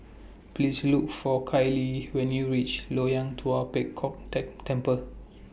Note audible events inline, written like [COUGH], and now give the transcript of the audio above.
Please Look For Kailey when YOU REACH Loyang Tua Pek Kong [UNINTELLIGIBLE] Temple